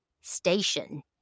station